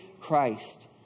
Christ